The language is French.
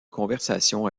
conversation